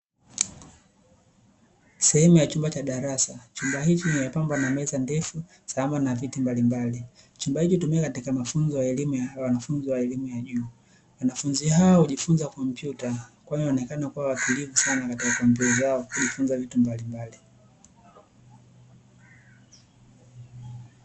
Sehemu ya chumba cha darasa. Chumba hichi kimepambwa na meza ndefu, sambamba na viti mbalimbali. Chumba hiki hutumika katika mafunzo ya elimu ya wanafunzi wa elimu ya juu. Wanafunzi hawa hujifunza kompyuta, kwani wanaonekana kuwa watulivu sana katika kompyuta zao, kujifunza vitu mbalimbali.